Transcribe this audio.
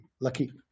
lucky